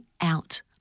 out